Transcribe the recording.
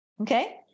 Okay